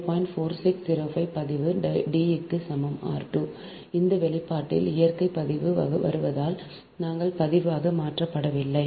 4605 பதிவு D க்கு சமம் r 2 இந்த வெளிப்பாட்டில் இயற்கை பதிவு வருவதால் நாங்கள் பதிவாக மாற்றப்படவில்லை